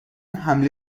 حمله